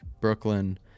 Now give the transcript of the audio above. Brooklyn